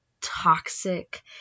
toxic